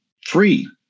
free